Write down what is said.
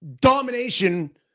domination-